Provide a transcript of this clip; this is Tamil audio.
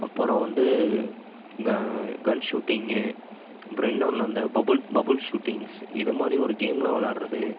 அப்பறம் வந்து க கன் ஷூட்டிங்கு அப்புறம் இன்னொன்னு அந்த பபுல் பபுல் ஷூட்டிங்ஸ் இதை மாதிரி ஒரு கேம்லாம் விளாடுறது